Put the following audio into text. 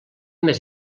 més